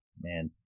Man